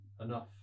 enough